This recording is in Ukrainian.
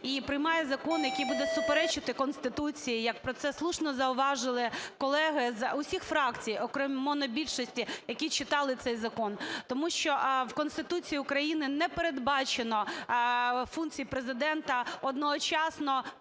і приймає закон, який буде суперечити Конституції. Як про це слушно зауважили колеги з усіх фракцій, окрім монобільшості, які читали цей закон. Тому що в Конституції України не передбачено функції Президента одночасно